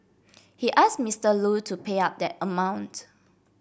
he ask Mister Lu to pay up that amount